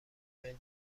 ایمیل